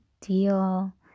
deal